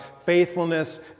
faithfulness